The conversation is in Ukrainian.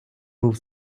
був